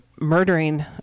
murdering